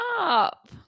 up